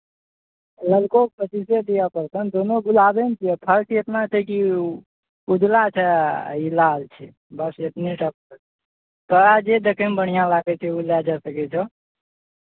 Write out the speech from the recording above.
ललकोके पच्चीसे दिअ पड़तनि दुनू गुलाबे ने छियै फर्क इतना छै कि ओ उजला छै आ ई लाल छै बस इतने टा फरक छै तोरा जे देखयमे बढ़िआँ लागै छै ओ लए जा सकै छह